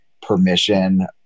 permission